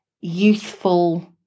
youthful